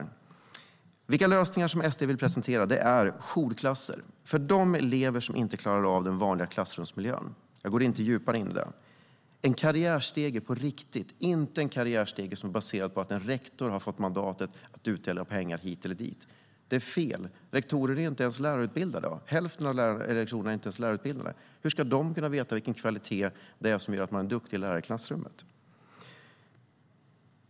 Lösningar som Sverigedemokraterna vill presentera är bland annat jourklasser för de elever som inte klarar av den vanliga klassrumsmiljön - jag går inte in djupare på det. Vi vill ha en karriärstege på riktigt, inte en karriärstege baserad på att en rektor har fått mandat att dela ut pengar hit eller dit, för det är fel. Hälften av rektorerna är inte ens lärarutbildade. Hur ska de kunna veta vilken kvalitet som gör att man är duktig lärare i klassrummet?